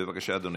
בבקשה, אדוני.